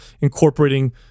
incorporating